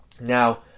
now